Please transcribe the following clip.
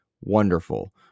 wonderful